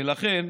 ולכן,